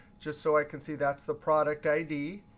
just so i can see that's the product id.